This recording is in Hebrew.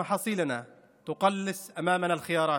האזרחים שלה וחושבת שהם שווי זכויות.